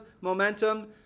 momentum